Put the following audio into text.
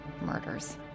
murders